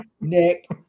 Nick